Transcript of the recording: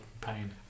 pain